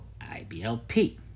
IBLP